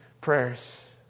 prayers